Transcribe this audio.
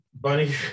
Bunny